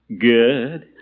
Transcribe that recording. Good